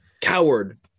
Coward